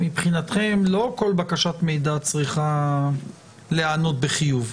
מבחינתכם לא כל בקשת מידע צריכה להיענות בחיוב.